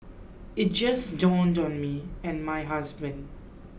it just dawned on me and my husband